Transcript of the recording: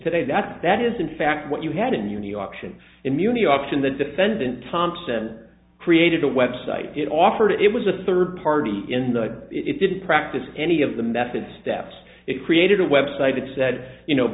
today that that is in fact what you had in new york city immunity option the defendant thompson created a website it offered it was a third party in the it didn't practice any of the methods steps it created a website that said you know